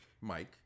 Mike